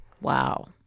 Wow